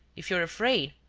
if you're afraid,